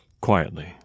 quietly